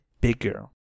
bigger